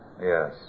Yes